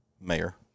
mayor